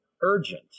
Urgent